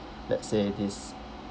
let's say this